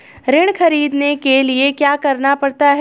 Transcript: ऋण ख़रीदने के लिए क्या करना पड़ता है?